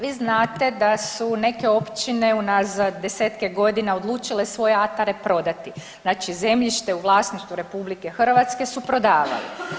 Vi znate da su neke općine unazad 10-tke godina odlučile svoje atare prodati, znači zemljište u vlasništvu RH su prodavali.